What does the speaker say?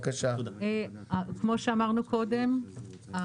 כמו שאמרנו קודם,